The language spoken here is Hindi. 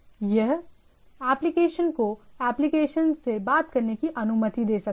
यह एप्लीकेशन को एप्लीकेशन से बात करने की अनुमति दे सकता है